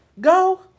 Go